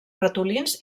ratolins